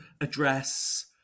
address